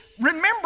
Remember